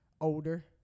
older